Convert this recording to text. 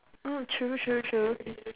mm true true true